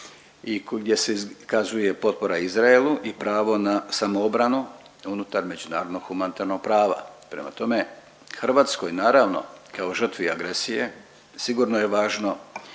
gdje se iskazuje potpora Izraelu i pravo na samoobranu unutar međunarodnog humanitarnog prava. Prema tome, Hrvatskoj naravno kao žrtvi agresije sigurno je važno